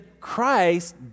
Christ